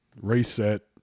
reset